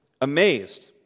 amazed